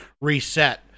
reset